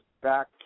back